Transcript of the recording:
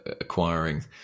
acquiring